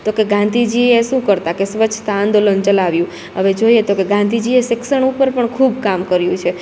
તોકે ગાંધીજીએ શું કરતાં કે સ્વચ્છતા આંદોલન ચલાવ્યું હવે જોઈએ તો કે ગાંધીજીએ શિક્ષણ ઉપર પણ ખૂબ કામ કર્યું છે